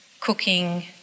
cooking